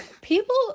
people